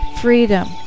freedom